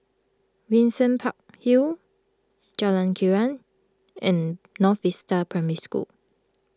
Windsor Park Hill Jalan Krian and North Vista Primary School